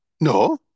No